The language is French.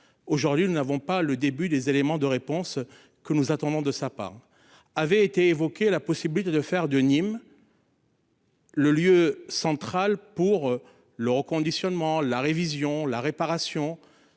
aujourd'hui nous n'avons pas le début des éléments de réponse que nous attendons de sa part avait été évoqué la possibilité de faire de Nîmes. Le lieu central pour le reconditionnement la révision la réparation.